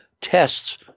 tests